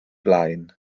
flaen